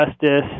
justice